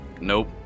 Nope